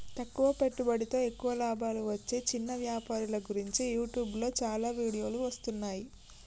తక్కువ పెట్టుబడితో ఎక్కువ లాభాలు వచ్చే చిన్న వ్యాపారుల గురించి యూట్యూబ్లో చాలా వీడియోలు వస్తున్నాయి